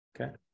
Okay